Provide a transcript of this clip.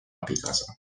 abikaasa